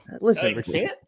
listen